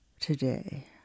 today